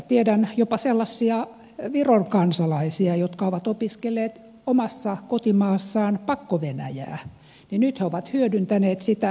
tiedän jopa sellaisia viron kansalaisia jotka ovat opiskelleet omassa kotimaassaan pakkovenäjää ja nyt he ovat hyödyntäneet sitä työelämässä